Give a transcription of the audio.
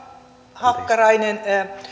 hakkarainen